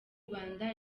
rwanda